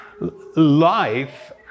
Life